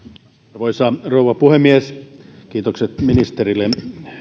arvoisa rouva puhemies kiitokset ministerille